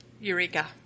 Eureka